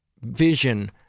Vision